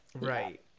Right